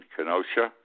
Kenosha